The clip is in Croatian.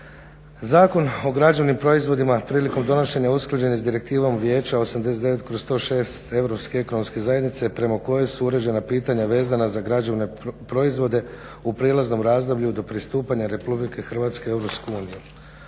Zakon o građevnim proizvodima prilikom donošenja usklađeni s direktivom Vijeća 89/106 EEZ prema kojoj su uređena pitanja vezana za građevne proizvode u prijelaznom razdoblju do pristupanja Republike Hrvatske u Europsku uniju.